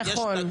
נכון.